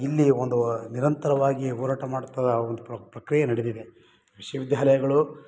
ಇಲ್ಲಿ ಒಂದು ನಿರಂತರವಾಗಿ ಹೋರಾಟ ಮಾಡ್ತಾ ಒಂದು ಪ್ರಕ್ರಿಯೆ ನಡೆದಿದೆ ವಿಶ್ವವಿದ್ಯಾಲಯಗಳು